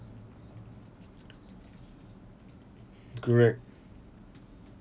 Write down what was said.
correct